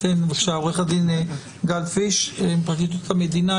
תיתני בבקשה לעורך הדין גלבפיש מפרקליטות המדינה,